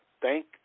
thank